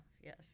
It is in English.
Yes